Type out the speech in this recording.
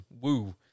Woo